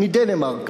מדנמרק,